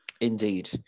Indeed